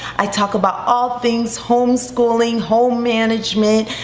i talk about all things homeschooling, home management,